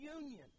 union